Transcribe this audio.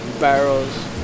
barrels